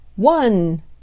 One